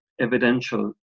evidential